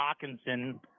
Hawkinson